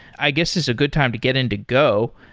i guess it's a good time to get into go.